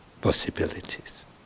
possibilities